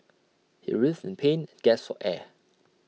he writhed in pain and gasped for air